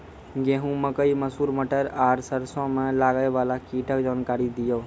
गेहूँ, मकई, मसूर, मटर आर सरसों मे लागै वाला कीटक जानकरी दियो?